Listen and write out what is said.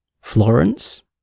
Florence